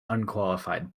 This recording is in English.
unqualified